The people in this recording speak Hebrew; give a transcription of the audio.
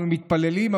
אנחנו מתפללים,